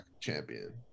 champion